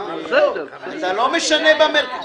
זה לא משנה במרכז.